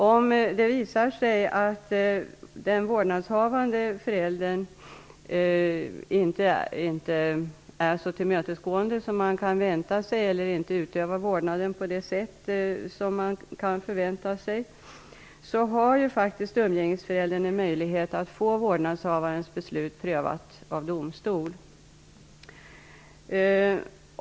Om det visar sig att den vårdnadshavande föräldern inte är så tillmötesgående som man kan förvänta sig eller inte utövar vårdnaden på det sätt som man kan förvänta sig, har faktiskt umgängesföräldern en möjlighet att få vårdnadshavarens beslut prövat av domstol.